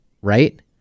right